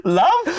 love